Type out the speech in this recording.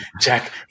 Jack